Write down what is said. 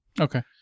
Okay